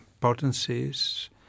potencies